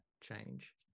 change